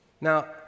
Now